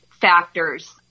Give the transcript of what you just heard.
factors